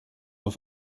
auf